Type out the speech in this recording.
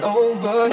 over